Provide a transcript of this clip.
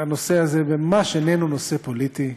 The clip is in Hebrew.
הנושא הזה ממש איננו נושא פוליטי,